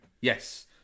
Yes